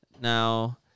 Now